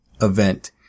event